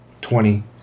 Twenty